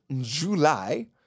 July